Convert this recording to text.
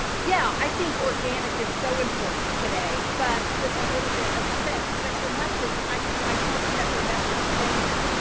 yeah, i think organic is so important today, but with a little bit of spend, but your message, i you know i tell them that their message changes.